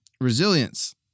resilience